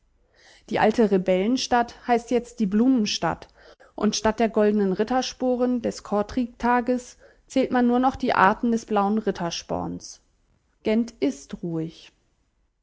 die alte rebellenstadt heißt jetzt die blumenstadt und statt der goldnen rittersporen des kortrijktages zählt man nur noch die arten des blauen rittersporns gent ist ruhig